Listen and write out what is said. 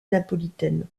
napolitaine